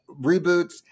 reboots